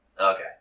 Okay